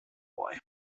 boy